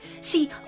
See